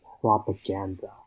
Propaganda